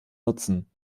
nutzen